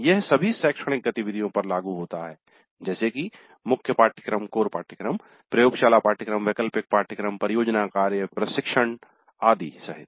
यह सभी शैक्षणिक गतिविधियों पर लागू होता है जैसे की मुख्य पाठ्यक्रम प्रयोगशाला पाठ्यक्रम वैकल्पिक पाठ्यक्रम परियोजना कार्य प्रशिक्षण आदि सहित